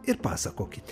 ir pasakokite